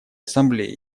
ассамблее